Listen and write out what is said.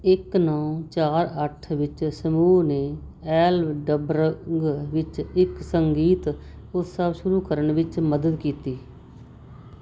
ਇੱਕ ਨੌ ਚਾਰ ਅੱਠ ਵਿੱਚ ਸਮੂਹ ਨੇ ਐਲਡਬਰਗ ਵਿੱਚ ਇੱਕ ਸੰਗੀਤ ਉਤਸਵ ਸ਼ੁਰੂ ਕਰਨ ਵਿੱਚ ਮਦਦ ਕੀਤੀ